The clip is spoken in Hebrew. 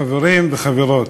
חברים וחברות,